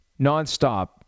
nonstop